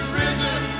risen